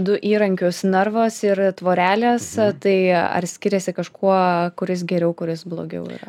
du įrankius narvas ir tvorelės tai ar skiriasi kažkuo kuris geriau kuris blogiau yra